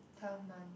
twelve month